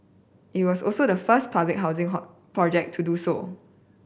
it was also the first public housing project to do so